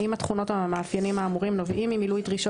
אם התכונות או המאפיינים האמורים נובעים ממילוי דרישות